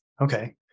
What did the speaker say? Okay